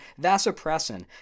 vasopressin